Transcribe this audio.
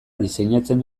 diseinatzen